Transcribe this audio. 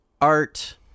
art